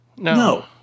No